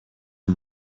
her